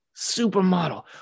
Supermodel